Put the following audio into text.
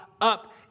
up